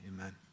Amen